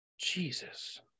Jesus